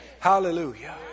Hallelujah